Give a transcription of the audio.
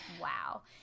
Wow